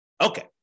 Okay